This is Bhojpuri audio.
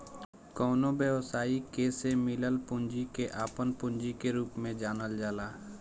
कवनो व्यवसायी के से मिलल पूंजी के आपन पूंजी के रूप में जानल जाला